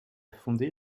fondé